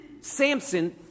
Samson